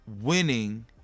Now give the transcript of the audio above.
winning